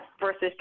versus